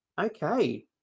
Okay